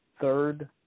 third